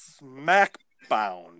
Smackbound